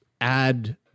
add